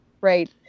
right